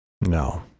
No